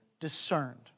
discerned